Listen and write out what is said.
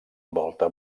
volta